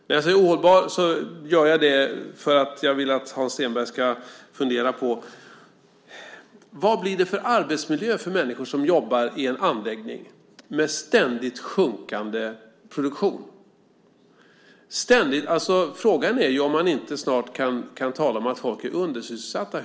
När jag säger ohållbara gör jag det därför att jag vill att Hans Stenberg ska fundera på vad det blir för arbetsmiljö för människor som jobbar i en anläggning med ständigt minskande produktion. Frågan är om man inte snart kan tala om att folk är undersysselsatta.